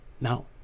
Now